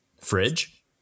fridge